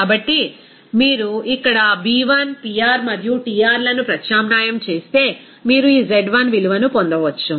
కాబట్టి మీరు ఇక్కడ ఆ B1 Pr మరియు Trలను ప్రత్యామ్నాయం చేస్తే మీరు ఈ z1 విలువను పొందవచ్చు